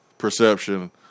Perception